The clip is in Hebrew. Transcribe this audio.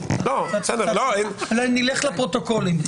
נלך לפרוטוקולים.